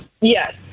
Yes